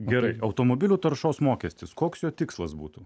gerai automobilių taršos mokestis koks jo tikslas būtų